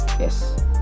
Yes